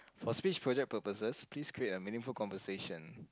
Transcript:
for speech project purposes please create a meaningful compensation